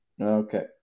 Okay